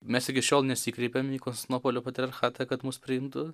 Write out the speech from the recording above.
mes iki šiol nesikreipėm į konstantinopolio patriarchatą kad mus priimtų